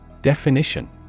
Definition